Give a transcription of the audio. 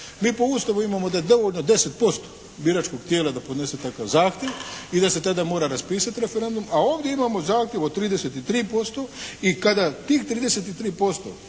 Mi po Ustavu imamo da je dovoljno 10% biračkog tijela da podnese takav zahtjev i da se tada mora raspisati referendum a ovdje imamo zahtjev od 33% i kada tih 33%